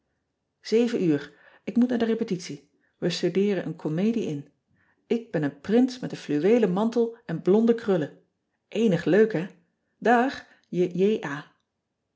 uur k moet naar de repetitie e studeeren een comedie in k ben een prins met een fluweelen mantel en blonde krullen enig leuk hè